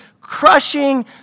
crushing